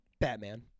Batman